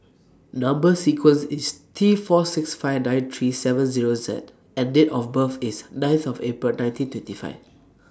Number sequence IS T four six five nine three seven Zero Z and Date of birth IS ninth of April nineteen twenty five